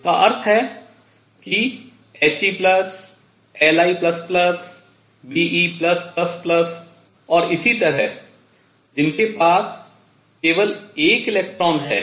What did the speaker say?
इसका अर्थ है कि He Li Be और इसी तरह जिनके पास केवल एक इलेक्ट्रॉन है